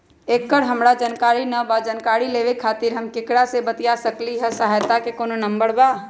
एकर हमरा जानकारी न बा जानकारी लेवे के खातिर हम केकरा से बातिया सकली ह सहायता के कोनो नंबर बा?